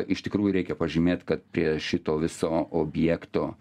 iš tikrųjų reikia pažymėt kad prie šito viso objekto